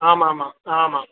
ஆமாம் ஆமாம் ஆமாம்